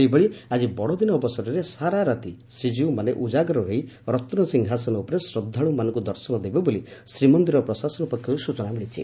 ସେହିଭଳି ଆଜି ବଡଦିନ ଅବସରରେ ସାରାରାତି ଶ୍ରୀକୀଉମାନେ ଉଜାଗର ରହି ରନିସିଂହାସନ ଉପରେ ଶ୍ର ଦେବେ ବୋଲି ଶ୍ରୀମନ୍ଦିର ପ୍ରଶାସନ ପକ୍ଷରୁ ସୂଚନା ମିଳିଛି